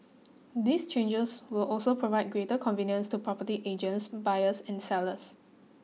these changers will also provide greater convenience to property agents buyers and sellers